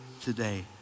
today